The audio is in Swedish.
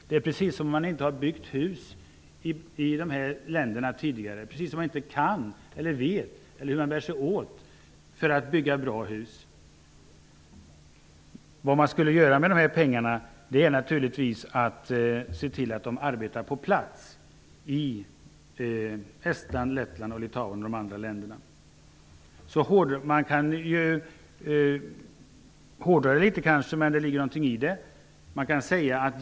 Det är precis som om man inte har byggt hus i dessa länder tidigare och inte kan, eller vet hur man bär sig åt, för att bygga bra hus. Vad man skulle göra med dessa pengar är givetvis att se till att de arbetar på plats i Estland, Lettland, Litauen och de andra länderna. Man kan kanske hårdra det litet grand -- men det ligger någonting i det -- genom att säga följande.